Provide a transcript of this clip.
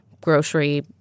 grocery